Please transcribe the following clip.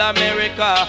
America